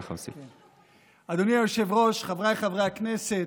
אדוני היושב-ראש, חבריי חברי הכנסת,